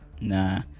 Nah